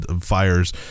fires